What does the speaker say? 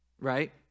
right